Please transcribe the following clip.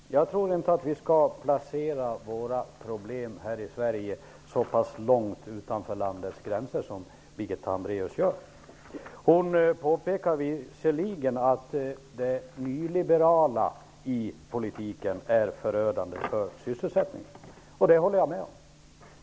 Herr talman! Jag tror inte att vi skall placera våra problem så pass långt utanför landets gränser som Birgitta Hambraeus gör. Hon påpekar visserligen att det nyliberala i politiken är förödande för sysselsättningen. Det håller jag med om.